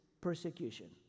persecution